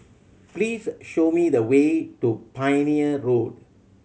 please show me the way to Pioneer Road